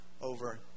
over